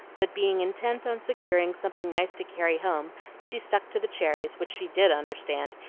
but being intent on securing something nice to carry home, she stuck to the cherries, which she did understand,